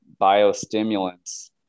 biostimulants